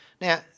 Now